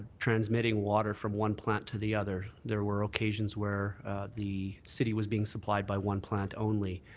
transmitting water from one plant to the other. there were occasions where the city was being supplied by one plant only.